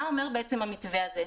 מה אומר המתווה הזה?